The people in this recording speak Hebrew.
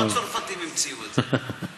לא הצרפתים המציאו את זה,